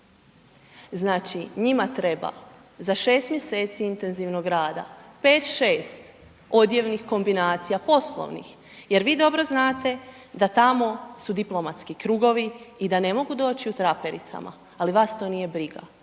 Znači njima treba za 6 mjeseci intenzivnog rada 5, 6 odjevnih kombinacija, poslovnih, jer vi dobro znate da tamo su diplomatski krugovi i da ne mogu doći u trapericama, ali vas to nije briga,